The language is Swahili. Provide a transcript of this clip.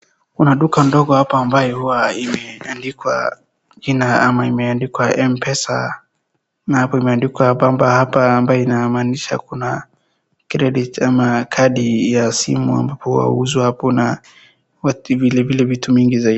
Kuna duka ndogo hapa ambaye hua imeandikwa jina ama imeandikwa M-pesa na hapo imeandikwa Bamba Hapa ambayo inamaanisha kuna credit ama kadi ya simu ambapo huauzwa hapo, na hata vilevile vitu mingi zaidi.